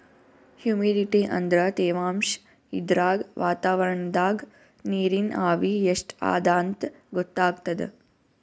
humidity ಅಂದ್ರ ತೆವಾಂಶ್ ಇದ್ರಾಗ್ ವಾತಾವರಣ್ದಾಗ್ ನೀರಿನ್ ಆವಿ ಎಷ್ಟ್ ಅದಾಂತ್ ಗೊತ್ತಾಗ್ತದ್